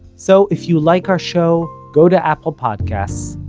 so, if you like our show, go to apple podcasts,